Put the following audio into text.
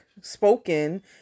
spoken